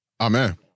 Amen